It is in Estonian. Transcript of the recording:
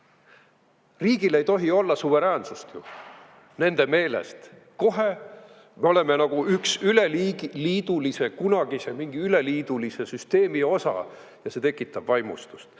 Riigil ei tohi olla suveräänsust nende meelest. Me oleme nagu üks kunagise mingi üleliidulise süsteemi osa ja see tekitab vaimustust.